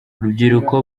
urubyiruko